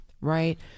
Right